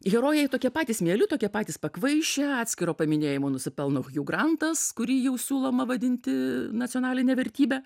herojai tokie patys mieli tokie patys pakvaišę atskiro paminėjimo nusipelno hiu grantas kurį jau siūloma vadinti nacionaline vertybe